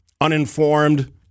uninformed